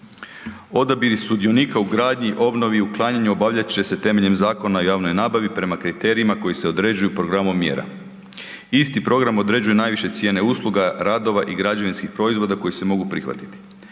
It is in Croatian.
Odabiri sudionika u gradnji, obnovi i uklanjanju obavljat će se temeljem Zakona o javnoj nabavi prema kriterijima koji se određuju programom mjera. Isti program određuje najviše cijene usluga, radova i građ. proizvoda koji se mogu prihvatiti.